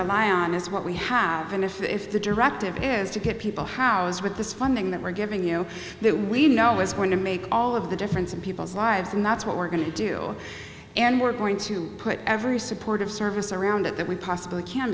rely on is what we have and if if the directive is to get people housed with this funding that we're giving you that we know is going to make all of the difference in people's lives and that's what we're going to do and we're going to put every supportive services around it that we possibly can